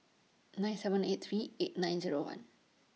nine seven eight three eight nine Zero one